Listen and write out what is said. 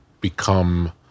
become